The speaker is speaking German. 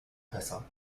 besser